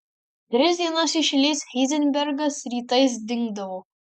tris dienas iš eilės heizenbergas rytais dingdavo